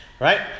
right